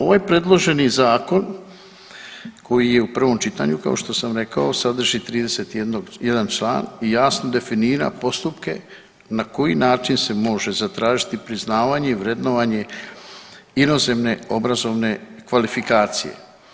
Ovaj predloženi zakon koji je u prvom čitanju kao što sam rekao, sadrži 31 član i jasno definira postupke na koji način se može zatražiti priznavanje i vrednovanje inozemne obrazovne kvalifikacije.